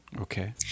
Okay